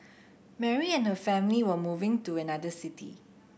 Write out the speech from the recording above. Mary and her family were moving to another city